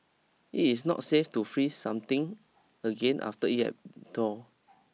it is not safe to freeze something again after it had thawed